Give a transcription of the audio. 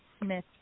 Smith